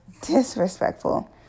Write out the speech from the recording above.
disrespectful